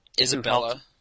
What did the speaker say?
Isabella